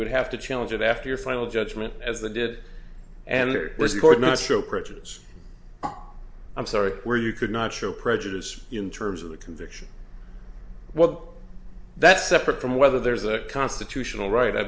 would have to challenge it after your final judgment as the did and there was the court not to show prejudice i'm sorry where you could not show prejudice in terms of the conviction well that's separate from whether there's a constitutional right i